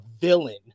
villain